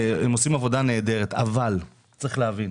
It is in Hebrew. הם עושים עבודה נהדרת, אבל צריך להבין,